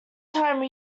time